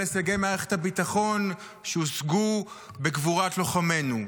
הישגי מערכת הביטחון שהושגו בגבורת לוחמינו,